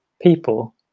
people